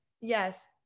Yes